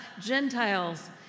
Gentiles